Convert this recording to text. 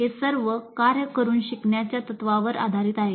हे सर्व कार्य करुन शिकण्याच्या तत्त्वावर आधारित आहेत